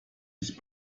sich